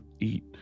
eat